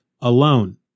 alone